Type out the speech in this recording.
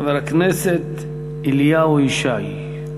חבר הכנסת אליהו ישי.